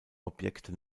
objekte